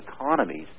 economies